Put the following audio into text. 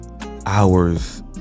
hours